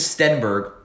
Stenberg